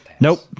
Nope